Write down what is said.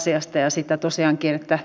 harjoitettu niukkuutta